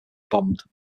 bombed